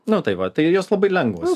nu tai va tai jos labai lengvos